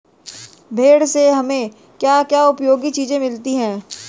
भेड़ से हमें क्या क्या उपयोगी चीजें मिलती हैं?